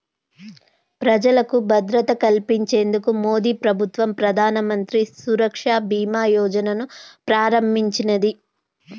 ప్రజలకు భద్రత కల్పించేందుకు మోదీప్రభుత్వం ప్రధానమంత్రి సురక్ష బీమా యోజనను ప్రారంభించినాది